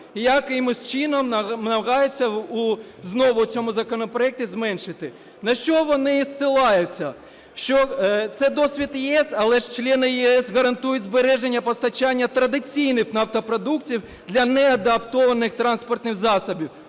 якимось чином намагаються знову в цьому законопроекті зменшити. На що вони посилаються? Що це досвід ЄС. Але ж члени ЄС гарантують збереження постачання традиційних нафтопродуктів для неадаптованих транспортних засобів,